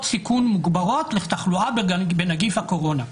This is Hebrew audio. סיכון מוגברות לתחלואה בנגיף הקורונה.